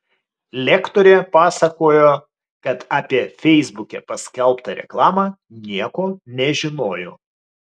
lektorė pasakojo kad apie feisbuke paskelbtą reklamą nieko nežinojo